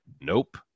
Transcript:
nope